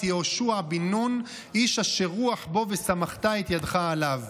יהושע בן נון איש אשר רוח בו וסמכת את ידך עליו".